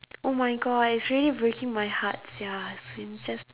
oh my god it's really breaking my heart sia as in just